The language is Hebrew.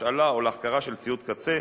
השאלה או החכרה של ציוד קצה,